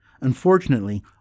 Unfortunately